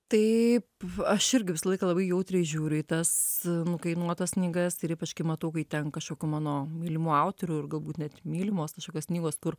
taip aš irgi visą laiką labai jautriai žiūriu į tas nukainuotas knygas ir ypač kai matau kai ten kažkokių mano mylimų autorių ir galbūt net mylimos kažkokios knygos kur